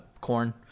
corn